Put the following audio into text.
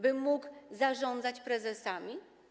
By mógł zarządzać prezesami?